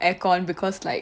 air con because like